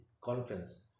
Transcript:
Conference